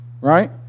Right